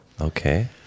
Okay